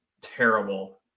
terrible